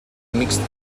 mixed